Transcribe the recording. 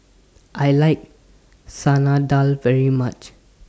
I like Salad Dal very much